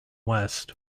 west